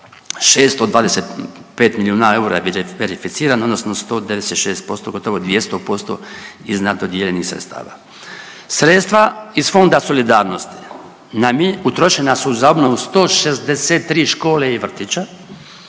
625 milijuna je verificirano odnosno 196% gotovo 200% iznad dodijeljenih sredstava. Sredstva iz Fonda solidarnosti utrošena su za obnovu 163 škole i vrtića,